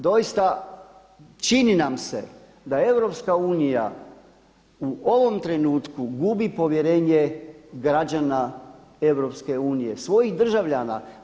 Doista, čini nam se da EU u ovom trenutku gubi povjerenje građana EU, svojih državljana.